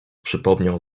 przypomniał